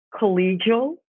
collegial